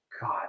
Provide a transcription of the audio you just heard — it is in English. God